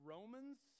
Romans